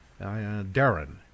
Darren